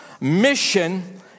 mission